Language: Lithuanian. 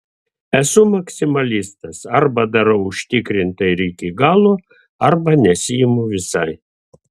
esu maksimalistas arba darau užtikrintai ir iki galo arba nesiimu visai